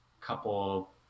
couple